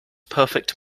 perfect